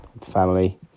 family